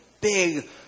big